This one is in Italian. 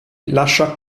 lascia